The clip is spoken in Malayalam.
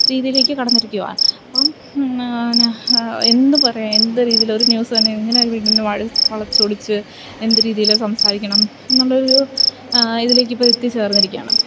രീതിയിലേക്ക് കടന്നിരിക്കുവാണ് അപ്പം എന്നാ എന്ത് പറയാ എന്ത് രീതിയിൽ ഒരു ന്യൂസ് തന്നെ ഇങ്ങനെ വീട്ടീന്ന് വഴ വളച്ച് ഒടിച്ച് എന്ത് രീതിയിൽ സംസാരിക്കണം എന്നുള്ള ഒരു ഇതിലേക്ക് ഇപ്പോൾ എത്തി ചേർന്നിരിക്കയാണ്